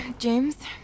James